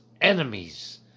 enemies